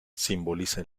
simboliza